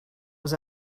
was